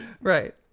Right